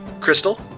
Crystal